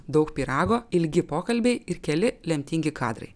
daug pyrago ilgi pokalbiai ir keli lemtingi kadrai